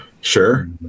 sure